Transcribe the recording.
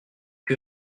que